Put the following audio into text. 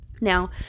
Now